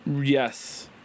Yes